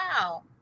wow